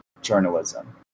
journalism